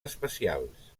especials